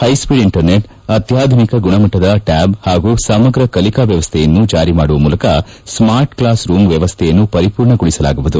high speed internet ಅತ್ಲಾಧುನಿಕ ಗುಣಮಟ್ಟದ lab ಹಾಗೂ ಸಮಗ್ರ ಕಲಿಕಾ ವ್ಯವಸ್ಥೆಯನ್ನು ಜಾರಿ ಮಾಡುವ ಮೂಲಕ ಸ್ವಾರ್ಟ್ಕ್ಲಾಸ್ ರೂಂ ವ್ಯವಸ್ಥೆಯನ್ನು ಪರಿಪೂರ್ಣಗೊಳಿಸಲಾಗುವುದು